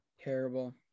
Terrible